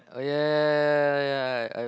oh yeah yeah yeah yeah yeah yeah I